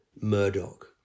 Murdoch